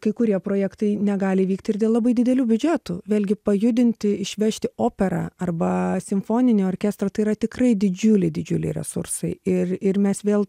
kai kurie projektai negali vykti ir dėl labai didelių biudžetų vėlgi pajudinti išvežti operą arba simfoninį orkestrą tai yra tikrai didžiuliai didžiuliai resursai ir ir mes vėl